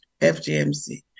FGMC